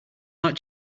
not